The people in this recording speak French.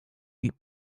les